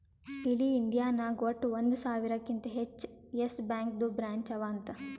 ಇಡೀ ಇಂಡಿಯಾ ನಾಗ್ ವಟ್ಟ ಒಂದ್ ಸಾವಿರಕಿಂತಾ ಹೆಚ್ಚ ಯೆಸ್ ಬ್ಯಾಂಕ್ದು ಬ್ರ್ಯಾಂಚ್ ಅವಾ ಅಂತ್